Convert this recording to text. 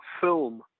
film